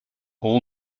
all